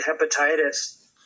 hepatitis